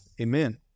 amen